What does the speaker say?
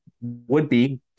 would-be